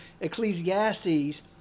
Ecclesiastes